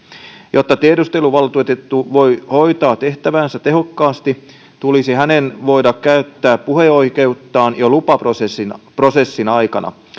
jotta tiedusteluvaltuutettu voi hoitaa tehtäväänsä tehokkaasti tulisi hänen voida käyttää puheoikeuttaan jo lupaprosessin aikana